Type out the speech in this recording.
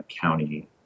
county